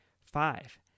Five